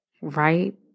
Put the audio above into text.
right